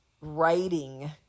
writing